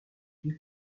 ils